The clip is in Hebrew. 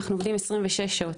אנחנו עובדים 26 שעות.